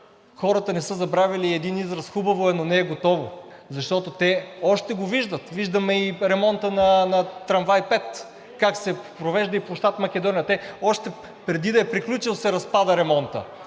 хората не са забравили и един израз: „Хубаво е, но не е готово“, защото те още го виждат. Виждаме ремонта на трамвай № 5 как се провежда, на площад „Македония“ – още преди да е приключил, се разпада ремонтът.